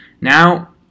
Now